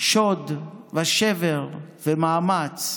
שוד ושבר ומאמץ.